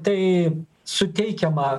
tai suteikiama